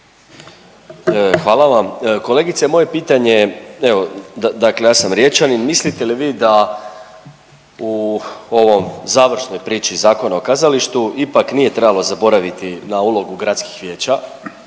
Hvala vam. Kolegice, moje pitanje je, evo dakle ja sam Riječanin, mislite li vi da u ovoj završnoj priči Zakona o kazalištu ipak nije trebalo zaboraviti na ulogu gradskih vijeća